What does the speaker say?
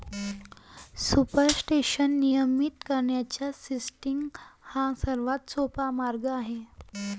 supersaturation नियंत्रित करण्याचा seeding हा सर्वात सोपा मार्ग आहे